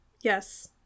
Yes